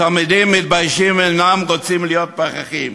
התלמידים מתביישים, אינם רוצים להיות פחחים.